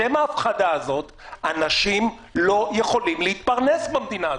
בשם ההפחדה הזאת אנשים לא יכולים להתפרנס במדינה הזאת.